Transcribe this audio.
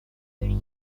using